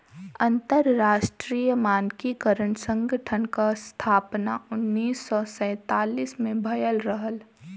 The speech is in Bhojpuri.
अंतरराष्ट्रीय मानकीकरण संगठन क स्थापना उन्नीस सौ सैंतालीस में भयल रहल